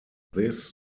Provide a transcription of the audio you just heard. this